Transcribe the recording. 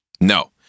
no